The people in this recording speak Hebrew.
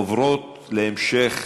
עוברות להמשך